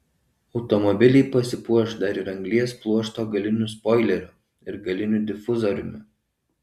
automobiliai pasipuoš dar ir anglies pluošto galiniu spoileriu ir galiniu difuzoriumi